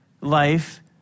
life